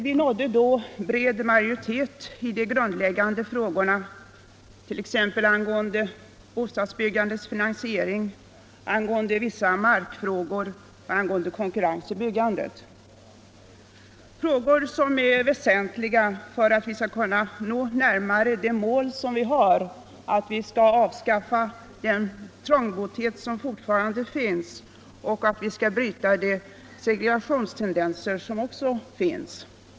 Vi nådde då bred majoritet i de grundläggande frågorna, t.ex. angående bostadsbyggandets finansiering, vissa markfrågor och konkurrens i byggandet — frågor som är väsentliga för att vi skall kunna komma närmare vårt mål att avskaffa den trångboddhet som fortfarande finns och att bryta de segregationstendenser som också förekommer.